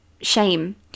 shame